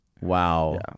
Wow